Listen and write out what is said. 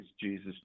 Jesus